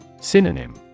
Synonym